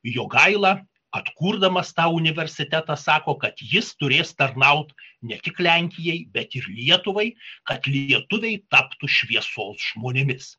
jogaila atkurdamas tą universitetą sako kad jis turės tarnauti ne tik lenkijai bet ir lietuvai kad lietuviai taptų šviesos žmonėmis